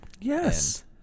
yes